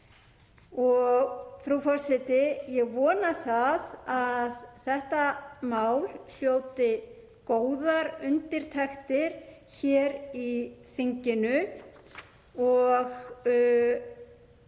Frú forseti. Ég vona að þetta mál hljóti góðar undirtektir hér í þinginu og